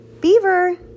Beaver